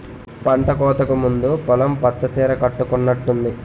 పంటకోతకు ముందు పొలం పచ్చ సీర కట్టుకునట్టుంది